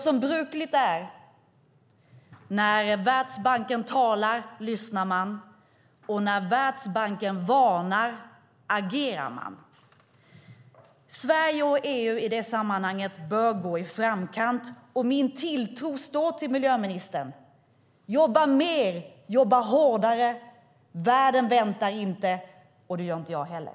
Som brukligt är: När Världsbanken talar, lyssnar man. Och när Världsbanken varnar, agerar man. Sverige och EU bör i detta sammanhang gå i framkant. Min tilltro står till miljöministern. Jobba mer, jobba hårdare! Världen väntar inte, och det gör inte jag heller.